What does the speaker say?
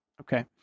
Okay